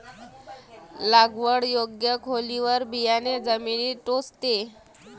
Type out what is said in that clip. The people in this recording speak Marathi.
लागवड योग्य खोलीवर बियाणे जमिनीत टोचते